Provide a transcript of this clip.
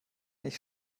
nicht